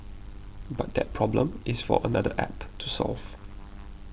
but that problem is for another App to solve